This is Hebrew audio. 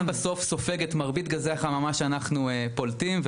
הים סופג את מרבית גזי החממה שאנחנו פולטים,